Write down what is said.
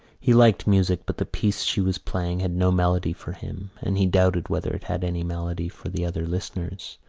he liked music but the piece she was playing had no melody for him and he doubted whether it had any melody for the other listeners,